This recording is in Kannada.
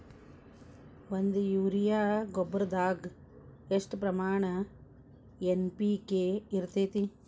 ಒಂದು ಯೂರಿಯಾ ಗೊಬ್ಬರದಾಗ್ ಎಷ್ಟ ಪ್ರಮಾಣ ಎನ್.ಪಿ.ಕೆ ಇರತೇತಿ?